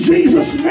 Jesus